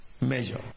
measure